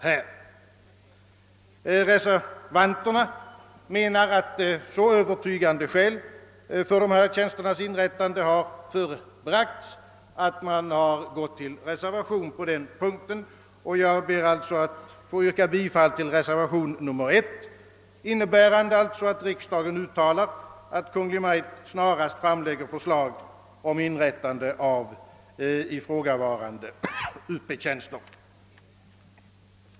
Vi reservanter menar, att övertygande skäl för inrättande av dessa tjänster har förebragts, och jag ber att få yrka bifall till reservationen 1, innebärande att riksdagen uttalar att Kungl. Maj:t snarast bör framlägga förslag om inrättande av ifrågavarande Up-tjänster.